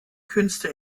künste